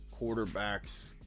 Quarterbacks